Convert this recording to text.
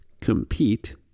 compete